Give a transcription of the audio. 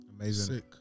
Amazing